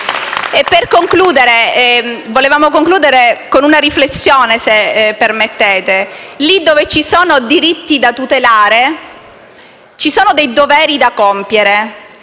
concludere con una riflessione, se permettete: lì dove ci sono diritti da tutelare, ci sono dei doveri da compiere.